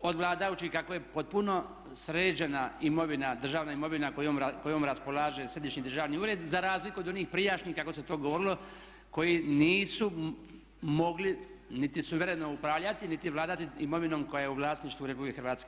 od vladajućih kako je potpuno sređena imovina, državna imovina kojom raspolaže Središnji državni ured za razliku od onih prijašnjih kako se to govorilo koji nisu mogli niti suvereno upravljati, niti vladati imovinom koja je u vlasništvu Republike Hrvatske.